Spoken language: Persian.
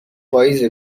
پاییزه